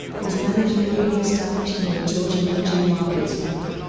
was managing a newly established lloyd george emerging markets fund.